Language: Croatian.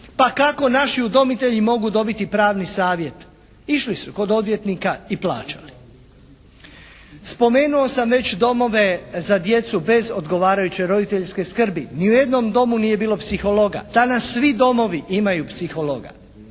Pa kako naši udomitelji mogu dobiti pravni savjet. Išli su kod odvjetnika i plaćali. Spomenuo sam već domove za djecu bez odgovarajuće roditeljske skrbi. Ni u jednom domu nije bilo psihologa. Danas svi domovi imaju psihologa.